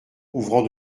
ouvrant